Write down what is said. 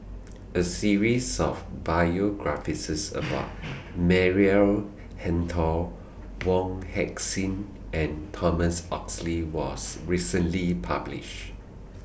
A series of biographies about Maria Hertogh Wong Heck Sing and Thomas Oxley was recently published